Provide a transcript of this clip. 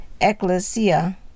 ecclesia